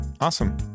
awesome